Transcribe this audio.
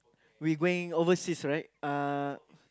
we going overseas right uh